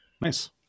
Nice